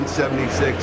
1976